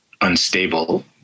unstable